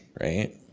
right